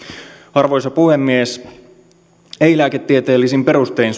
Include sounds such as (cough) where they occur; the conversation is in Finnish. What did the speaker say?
arvoisa puhemies ei lääketieteellisin perustein (unintelligible)